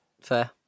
fair